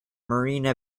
marina